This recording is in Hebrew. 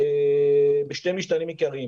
בשני משתנים עיקריים,